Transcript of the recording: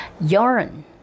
Yarn